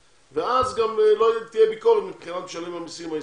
ואז גם לא תהיה על זה ביקורת מבחינת משלם המסים הישראלי.